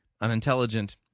unintelligent